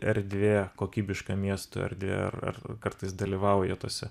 erdvė kokybiška miesto erdvė ar kartais dalyvauja tose